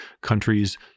Countries